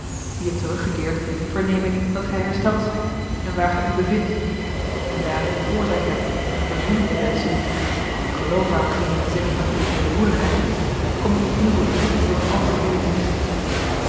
hier teruggekeerd verneem ik dat gij hersteld zijt en waar gij u bevindt en daar ik oorzaak heb eene verzoening te wenschen want ik geloof aan hetgeen men zegt van uwe edelmoedigheid kom ik die inroepen door eene algeheele biecht